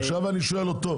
--- רגע, עכשיו אני שואל אותו.